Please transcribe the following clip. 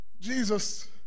Jesus